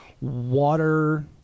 water